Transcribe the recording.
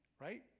right